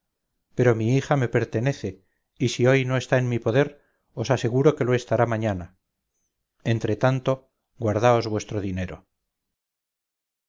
pero mi hija me pertenece y si hoy no está en mi poder os aseguro que lo estará mañana entretanto guardaos vuestro dinero